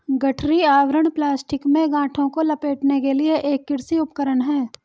गठरी आवरण प्लास्टिक में गांठों को लपेटने के लिए एक कृषि उपकरण है